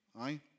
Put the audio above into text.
Aye